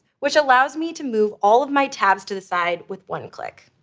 which allows me to move all of my tabs to the side with one-click.